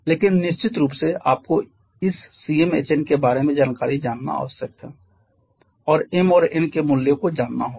लेकिन निश्चित रूप से आपको इस CmHn के बारे में जानकारी जानना आवश्यक है और m और n के मूल्यों को जानना होगा